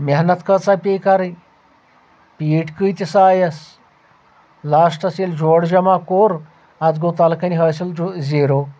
محنت کۭژاہ پیٚیہِ کَرٕنۍ پیٖٹ کۭتِس آیَس لاسٹَس ییٚلہِ جوڑٕ جمع کوٚر اتھ گوٚو تلہٕ کنہِ حٲصِل زیٖرو